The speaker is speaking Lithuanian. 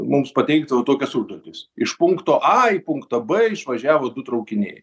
mums pateikdavo tokias užduotis iš punkto a į punktą b išvažiavo du traukiniai